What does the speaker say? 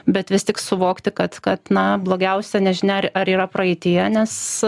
bet vis tik suvokti kad kad na blogiausia nežinia ar yra praeityje nes